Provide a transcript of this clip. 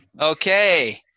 Okay